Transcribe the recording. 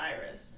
virus